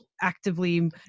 actively